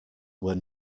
were